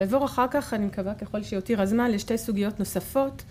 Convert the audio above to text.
לדבור אחר כך אני מקווה ככל שיותיר הזמן לשתי סוגיות נוספות